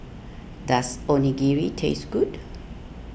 does Onigiri taste good